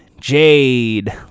Jade